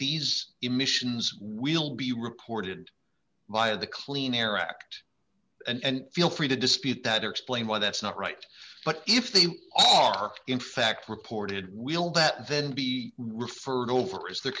these emissions will be reported by the clean air act and feel free to dispute that or explain why that's not right but if they are in fact reported will that then be referred over as the